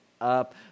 up